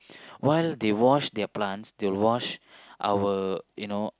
while they wash their plants they will wash our you know